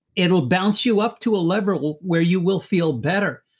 it'll bounce you up to a level where you will feel better,